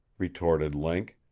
retorted link.